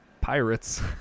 Pirates